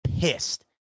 pissed